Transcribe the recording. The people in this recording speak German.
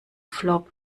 flop